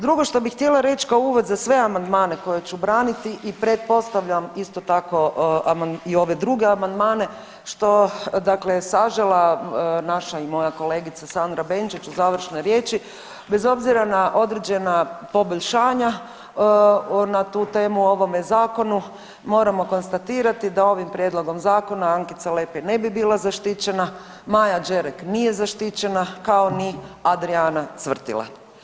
Drugo što bi htjela reć kao uvod za sve amandmane koje ću braniti i pretpostavljam isto tako i ove druge amandmane što je sažela naša i moja kolegica Sandra Benčić u završnoj riječi bez obzira na određena poboljšanja na tu temu o ovome zakonu, moramo konstatirati da ovim prijedlogom zakona Ankica Lepej ne bi bila zaštićena, Maja Đerek nije zaštićena kao ni Adrijana Cvrtila.